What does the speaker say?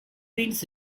winds